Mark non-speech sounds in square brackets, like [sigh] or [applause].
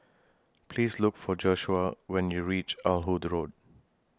Please Look For [unintelligible] when YOU REACH Ah Hood Road